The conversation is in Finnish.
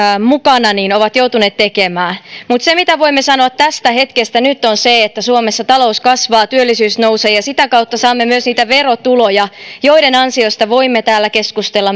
mukana on joutunut tekemään mutta se mitä voimme sanoa tästä hetkestä nyt on se että suomessa talous kasvaa työllisyys nousee ja sitä kautta saamme myös niitä verotuloja joiden ansiosta voimme täällä keskustella